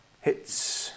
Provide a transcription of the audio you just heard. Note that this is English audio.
hits